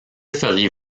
feriez